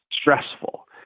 stressful